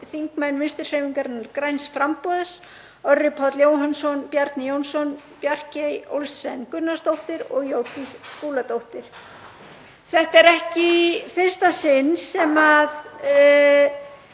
þingmenn Vinstrihreyfingarinnar – græns framboðs, Orri Páll Jóhannsson, Bjarni Jónsson, Bjarkey Olsen Gunnarsdóttir og Jódís Skúladóttir. Þetta er ekki í fyrsta sinn sem